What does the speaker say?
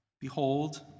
Behold